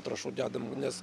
trąšų dedam nes